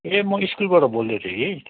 ए म स्कुलबाट बोल्दै थिएँ कि